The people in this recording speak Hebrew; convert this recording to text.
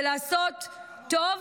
ולעשות טוב.